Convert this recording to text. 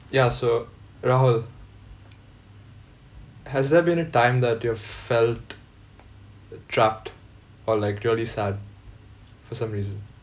ya so rahul has there been a time that you've felt trapped or like really sad for some reason